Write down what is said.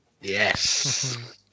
yes